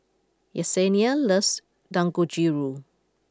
Yesenia loves Dangojiru